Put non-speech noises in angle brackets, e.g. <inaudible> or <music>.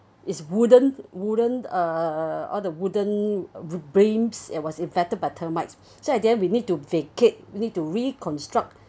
it's wooden wooden uh all the wooden beams was infected by termites <breath> so then we need to vacate need to reconstruct